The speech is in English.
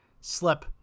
slip